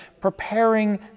preparing